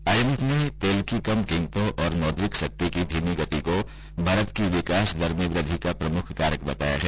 आई M F ने तेल की कम कीमतों और मौद्रिक सख्ती की धीमी गति को भारत की विकास दर में वृद्धि का प्रमुख कारक बताया है